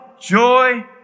joy